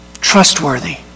Trustworthy